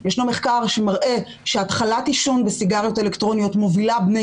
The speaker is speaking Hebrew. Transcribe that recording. ישנו מחקר שמראה שהתחלת עישון בסיגריות אלקטרוניות מובילה בני